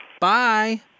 Bye